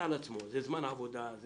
על עצמו את ההסעה של הילד זה זמן עבודה וכו'